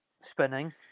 spinning